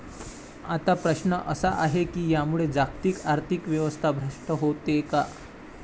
आता प्रश्न असा आहे की यामुळे जागतिक आर्थिक व्यवस्था भ्रष्ट होते का?